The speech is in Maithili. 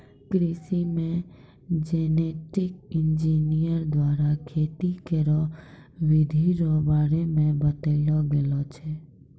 कृषि मे जेनेटिक इंजीनियर द्वारा खेती करै रो बिधि रो बारे मे बतैलो गेलो छै